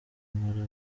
nkora